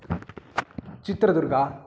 Chitradurga